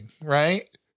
right